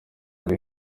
ari